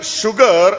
sugar